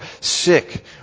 sick